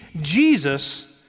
Jesus